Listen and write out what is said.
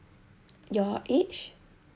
your age